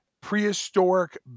prehistoric